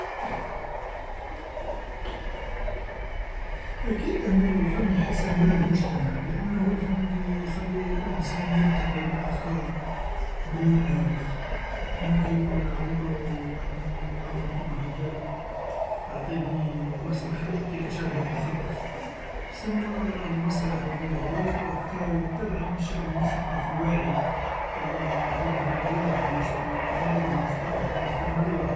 أكيد أنو الفن يحسن من المجتمع لأنو الفن يخلي الإنسان يرتقي بالأفكار و بالمعارف، كيما قال لعمرو واحد مالعمر كيما قالك اعطيني مسرحا نعطيك شعب مثقف، سما راه المسرح و الهوايج تدعم الشعب المثقف الواعي ليحب ب-بلادو و يشتي بلادو و يشتي أهلو و يشتي مواليه.